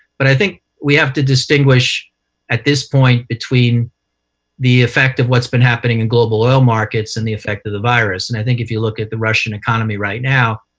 but i think we have to distinguish at this point between the effect of what's been happening in global oil markets and the effect of the virus. and i think if you look at the russian economy right now,